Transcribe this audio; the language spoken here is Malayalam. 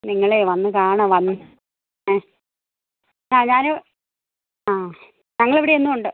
നിങ്ങളേ വന്നു കാണുക വന്നു മ് ആ ഞാൻ ആ ഞങ്ങൾ ഇവിടെ എന്നും ഉണ്ട്